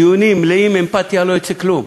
דיונים מלאים אמפתיה, לא יצא כלום.